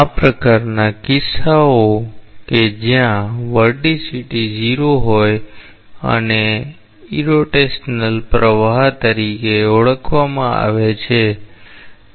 આ પ્રકારના કિસ્સાઓ કે જ્યાં વોર્ટિસિટી 0 હોય તેને ઇરોટેશનલ પ્રવાહ તરીકે ઓળખવામાં આવે છે